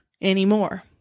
anymore